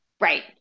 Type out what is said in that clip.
Right